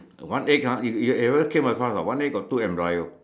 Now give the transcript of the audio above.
one egg ah if you ever came across ah one egg got two embryo